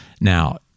Now